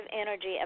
energy